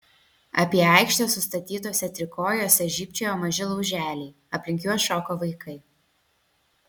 apie aikštę sustatytuose trikojuose žybčiojo maži lauželiai aplink juos šoko vaikai